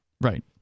Right